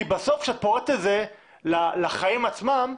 כי בסוף כשאת פורטת את זה לחיים עצמם,